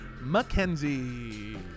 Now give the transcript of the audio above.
Mackenzie